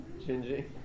Gingy